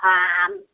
हाँ आम